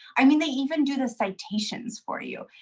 i mean they even do the citations for you.